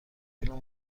فیلم